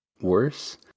worse